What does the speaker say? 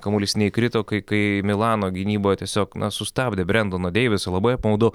kamuolys neįkrito kai kai milano gynyba tiesiog na sustabdė brendoną deivisą labai apmaudu